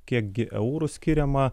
kiek gi eurų skiriama